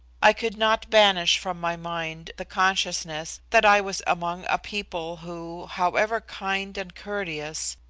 i could not banish from my mind the consciousness that i was among a people who, however kind and courteous,